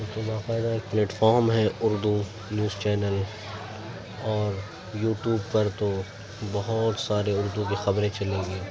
اس میں با قاعدہ ایک پلیٹ فارم ہے اردو ںیوز چینل اور یو ٹوب پر تو بہت سارے اردو کی خبریں چلے گی